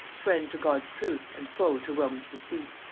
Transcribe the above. friend to god's truth, and foe to rome's deceit.